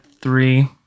three